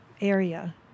area